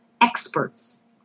experts